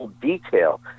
detail